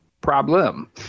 problem